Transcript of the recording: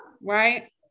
right